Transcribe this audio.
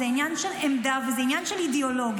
זה עניין של עמדה וזה עניין של אידיאולוגיה.